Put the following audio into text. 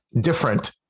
different